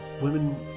women